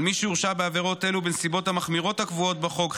על מי שהורשע בעבירות אלו בנסיבות המחמירות הקבועות בחוק,